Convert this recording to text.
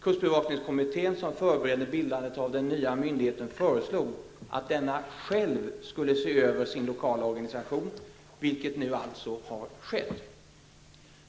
Kustbevakningskommittén, som förberedde bildandet av den nya myndigheten, föreslog att denna själv skulle se över sin lokala organisation, vilket nu alltså har skett.